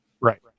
Right